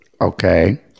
okay